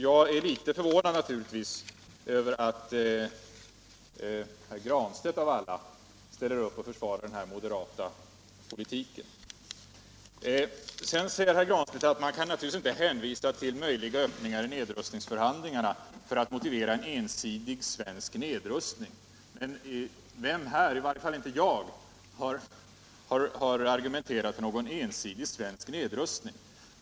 Jag är naturligtvis litet förvånad över att herr Granstedt av alla ställer upp och försvarar den här moderata politiken. Han säger att man naturligtvis inte kan hänvisa till en möjlighet till öppning i nedrustningsförhandlingarna för att motivera en ensidig svensk nedrustning. Men vem har här argumenterat för en ensidig svensk nedrustning? I varje fall inte jag.